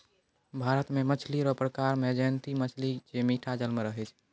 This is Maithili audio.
भारत मे मछली रो प्रकार मे जयंती मछली जे मीठा जल मे रहै छै